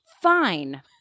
fine